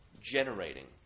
generating